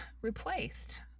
replaced